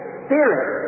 spirit